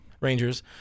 Rangers